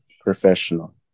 professional